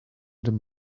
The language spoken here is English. them